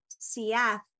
CF